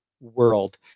world